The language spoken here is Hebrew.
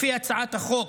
לפי הצעת החוק,